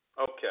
Okay